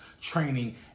training